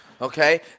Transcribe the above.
okay